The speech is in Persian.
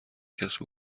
کسب